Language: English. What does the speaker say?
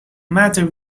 matter